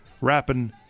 rapping